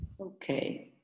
Okay